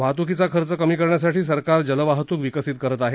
वाहत्कीचा खर्च कमी करण्यासाठी सरकार जलवाहतूक विकसित करत आहे